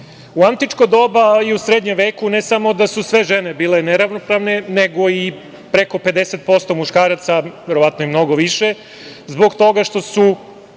U antičko doba, a i u srednjem veku, ne samo da su sve žene bile neravnopravne nego i preko 50% muškaraca, verovatno i mnogo više, zbog toga što su